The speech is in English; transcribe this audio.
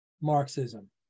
Marxism